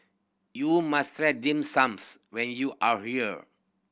you must try dim sums when you are here